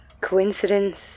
coincidence